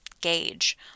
gauge